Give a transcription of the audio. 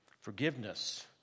Forgiveness